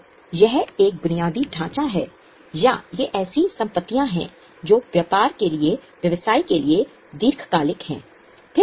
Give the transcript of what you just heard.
तो यह एक बुनियादी ढाँचा है या ये ऐसी संपत्तियाँ हैं जो व्यापार के लिए व्यवसाय के लिए दीर्घकालिक हैं